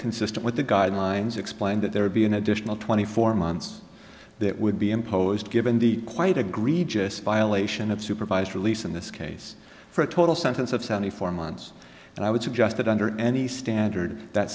consistent with the guidelines explained that there would be an additional twenty four months that would be imposed given the quite agreed just violation of supervised release in this case for a total sentence of seventy four months and i would suggest that under any standard that